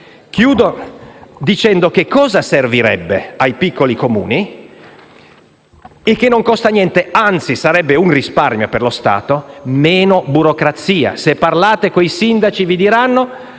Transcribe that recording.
Concludo dicendo cosa servirebbe ai piccoli Comuni e che non costa niente, anzi sarebbe un risparmio per lo Stato: meno burocrazia. Se parlate con i sindaci, vi diranno